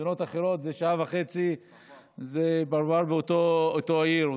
במדינות אחרות שעה וחצי זה פרבר באותה עיר,